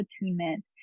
attunement